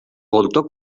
voltor